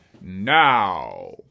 now